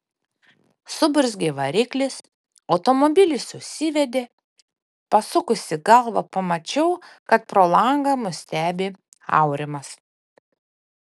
suburzgė variklis automobilis užsivedė pasukusi galvą pamačiau kad pro langą mus stebi aurimas